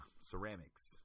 ceramics